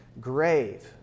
grave